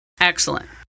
Excellent